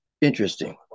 interesting